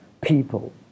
people